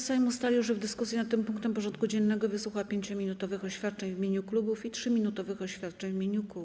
Sejm ustalił, że w dyskusji nad tym punktem porządku dziennego wysłucha 5-minutowych oświadczeń w imieniu klubów i 3-minutowych oświadczeń w imieniu kół.